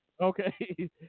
Okay